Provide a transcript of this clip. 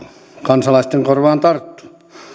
kansalaisten korvaan tarttuu